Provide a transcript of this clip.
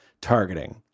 targeting